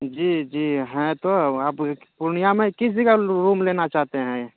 جی جی ہیں تو پورنیہ میں کس جگہ روم لینا چاہتے ہیں